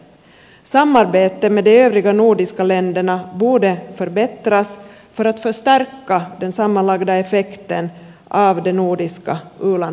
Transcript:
samarbetet med de övriga nordiska länderna borde förbättras för att förstärka den sammanlagda effekten av det nordiska u landssamarbetet